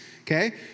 Okay